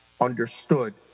understood